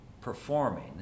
performing